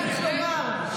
צריך לומר,